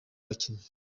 bakinnyi